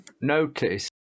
notice